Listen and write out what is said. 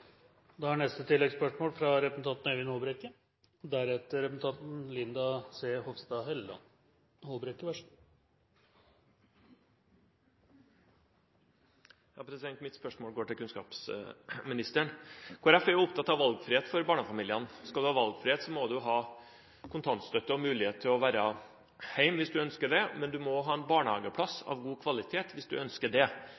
Mitt spørsmål går til kunnskapsministeren. Kristelig Folkeparti er opptatt av valgfrihet for barnefamiliene. Skal du ha valgfrihet, må du ha kontantstøtte og mulighet til å være hjemme hvis du ønsker det, men du må også ha barnehageplass